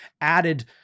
added